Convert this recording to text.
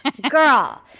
girl